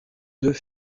deux